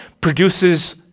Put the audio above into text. produces